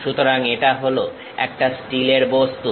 সুতরাং এটা হলো একটা স্টিলের বস্তু